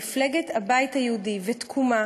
מפלגת הבית היהודי ותקומה